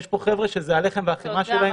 יש פה חבר'ה שזה הלחם והחמאה שלהם,